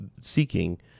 seeking